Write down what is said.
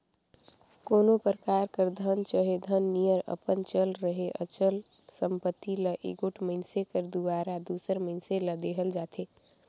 कोनो परकार कर धन चहे धन नियर अपन चल चहे अचल संपत्ति ल एगोट मइनसे कर दुवारा दूसर मइनसे ल देहल जाथे